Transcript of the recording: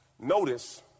Notice